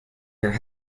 your